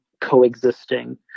coexisting